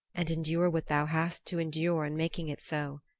and endure what thou hast to endure in making it so.